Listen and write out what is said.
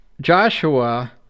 Joshua